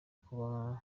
kuba